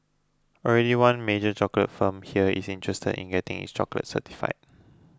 already one major chocolate firm here is interested in getting its chocolates certified